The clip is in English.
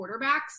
quarterbacks